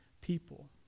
people